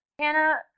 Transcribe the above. Hannah